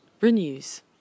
Renews